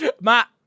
Matt